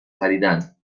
خریدن